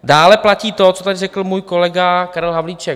Dále platí to, co tady řekl můj kolega Karel Havlíček.